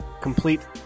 complete